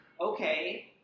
okay